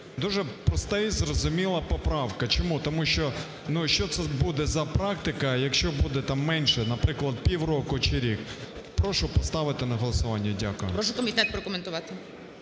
Дуже проста і зрозуміла поправка. Чому? Тому що, ну, що це буде за практика, якщо буде там менше, наприклад, півроку чи рік? Прошу поставити на голосування. Дякую. ГОЛОВУЮЧИЙ. Прошу комітет прокоментувати.